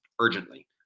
urgently